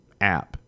app